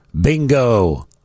bingo